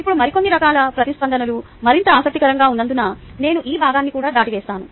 ఇప్పుడు మరికొన్ని రకాల ప్రతిస్పందనలు మరింత ఆసక్తికరంగా ఉన్నందున నేను ఈ భాగాన్ని కూడా దాటవేస్తాను